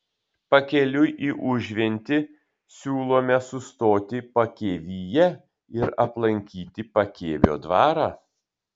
pakeliui į užventį siūlome sustoti pakėvyje ir aplankyti pakėvio dvarą